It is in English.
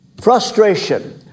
frustration